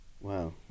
Wow